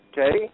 Okay